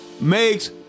makes